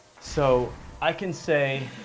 so, i can say,